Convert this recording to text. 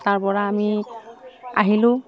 তাৰ পৰা আমি আহিলোঁ